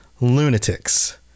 lunatics